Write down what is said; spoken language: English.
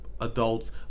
adults